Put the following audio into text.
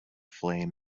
flame